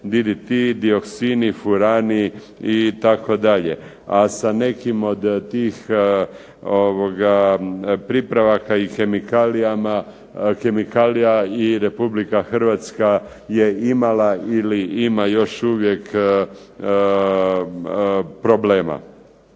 DDT, dioksini, furani itd., a sa nekim od tih pripravaka i kemikalija i Republika Hrvatska je imala ili ima još uvijek problema.